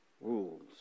rules